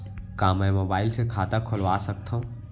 का मैं मोबाइल से खाता खोलवा सकथव?